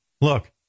look